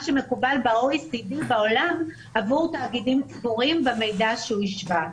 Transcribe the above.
שמקובל ב-OECD ובעולם עבור תאגידים ציבוריים במידע שהוא השווה.